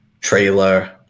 trailer